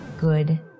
good